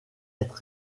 être